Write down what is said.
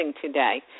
today